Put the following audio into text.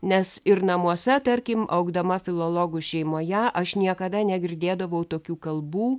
nes ir namuose tarkim augdama filologų šeimoje aš niekada negirdėdavau tokių kalbų